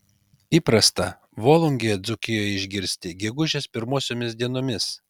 įprasta volungę dzūkijoje išgirsti gegužės pirmosiomis dienomis